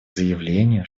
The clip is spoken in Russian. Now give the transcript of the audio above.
заявлению